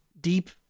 deep